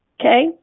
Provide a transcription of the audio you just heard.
Okay